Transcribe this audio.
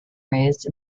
raised